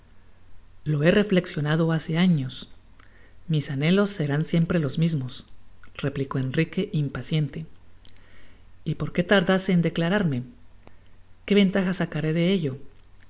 lo he reflecsionado hace añosmis anhelos serán siempre los mismos replicó enrique impaciente y por qué tardase en declararme qué ventaja sacaré de ello